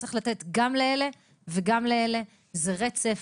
צריך לתת גם לאלה וגם לאלה, זה רצף.